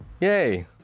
Yay